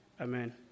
Amen